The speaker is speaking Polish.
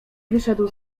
wyszedł